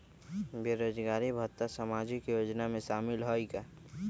बेरोजगारी भत्ता सामाजिक योजना में शामिल ह ई?